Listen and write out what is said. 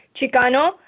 Chicano